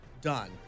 Done